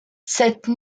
cette